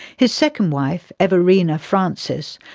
his second wife, everina frances,